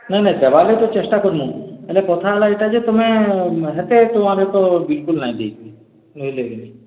ନାଇଁ ନାଇଁ ଦେବାର୍ ଲାଗି ତ ଚେଷ୍ଟା କରିମୁଁ ହେଲେ କଥା ହେଲା ଏଇଟା ଯେ ତମେ ହେତେ ଟଙ୍କାରେ ତ ବିଲ୍କୁଲ୍ ନାଇଁ ଦେଇହୁଏ ବୁଝିଲେ କି ନାଇଁ